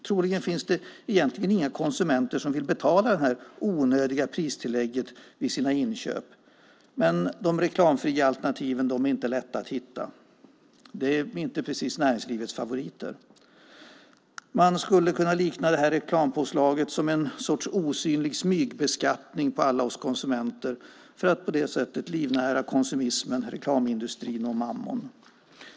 Troligen finns det egentligen inga konsumenter som vill betala det här onödiga pristillägget vid sina inköp, men de reklamfria alternativen är inte lätta att hitta. De är inte precis näringslivets favoriter. Man skulle kunna likna reklampåslaget vid en sorts osynlig smygbeskattning av alla oss konsumenter för att livnära konsumismen, reklamindustrin och mammon.